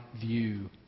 view